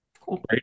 Cool